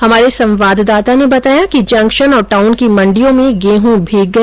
हमारे संवाददाता ने बताया कि जंक्शन और टाउन की मण्डियों में गेहूं भीग गया